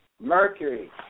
mercury